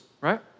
right